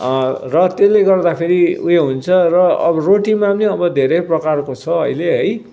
र त्यसले गर्दा फेरि ऊ यो हुन्छ र अब रोटीमा पनि अब धेरै प्रकारको छ अहिले है